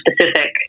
specific